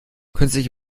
künstliche